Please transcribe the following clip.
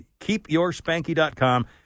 keepyourspanky.com